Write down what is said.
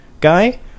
Guy